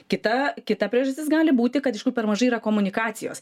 kita kita priežastis gali būti kad per mažai yra komunikacijos